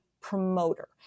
promoter